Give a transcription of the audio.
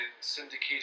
syndicated